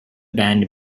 band